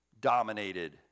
dominated